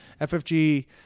FFG